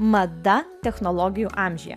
mada technologijų amžiuje